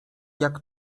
jak